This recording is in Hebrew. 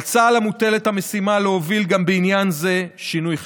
על צה"ל מוטלת המשימה להוביל גם בעניין זה שינוי חברתי.